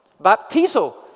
baptizo